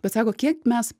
bet sako kiek mes